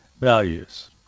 values